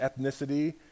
ethnicity